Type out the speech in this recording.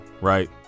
right